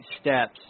steps